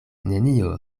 nenio